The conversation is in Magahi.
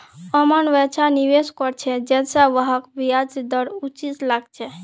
अमन वैछा निवेश कर छ जैछा वहाक ब्याज दर उचित लागछे